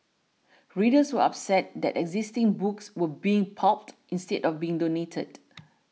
readers were upset that existing books were being pulped instead of being donated